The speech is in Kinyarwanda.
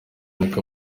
niko